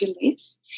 beliefs